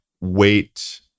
wait